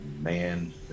man